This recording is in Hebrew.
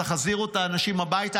תחזירו את האנשים הביתה,